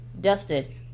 dusted